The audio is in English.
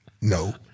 No